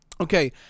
Okay